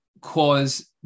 cause